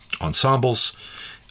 ensembles